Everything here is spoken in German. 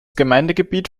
gemeindegebiet